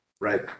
Right